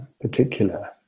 particular